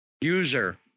user